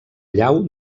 llau